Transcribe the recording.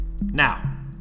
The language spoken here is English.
Now